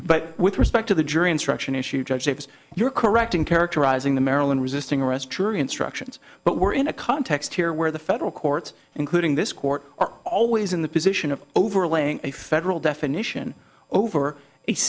but with respect to the jury instruction issue judgeships you're correct in characterizing the maryland resisting arrest jury instructions but we're in a context here where the federal courts including this court are always in the position of overlaying a federal definition over